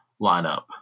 lineup